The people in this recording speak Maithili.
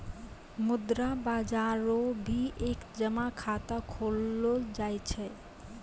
मुद्रा बाजार रो भी एक जमा खाता खोललो जाय छै